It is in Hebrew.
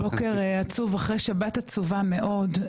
בוקר עצוב, אחרי שבת עצובה מאוד.